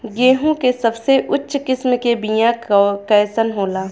गेहूँ के सबसे उच्च किस्म के बीया कैसन होला?